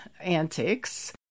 antics